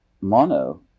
Mono